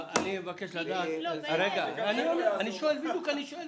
אני שואל שאלה.